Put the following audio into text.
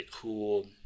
cool